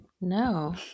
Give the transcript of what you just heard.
No